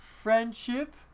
Friendship